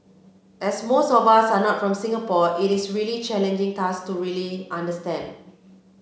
as most of us are not from Singapore it is a really challenging task to really understand